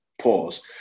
pause